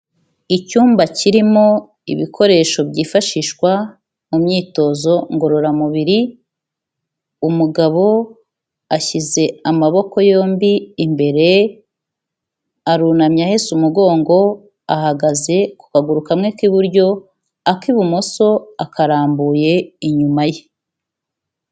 Icyumba kirimo ibikoresho byifashishwa mu myitozo ngororamubiri, umugabo ashyize amaboko yombi imbere arunamye ahese umugongo ahagaze kukaguru kamwe k'iburyo ak'ibumoso akarambuye inyuma ye.